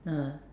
ah